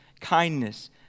kindness